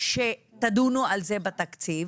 שתדונו על זה בתקציב